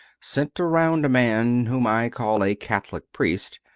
centre round a man whom i call a catholic priest,